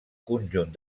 conjunt